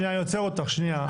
שנייה, אני עוצר אותך, שנייה.